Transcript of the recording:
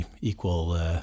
equal –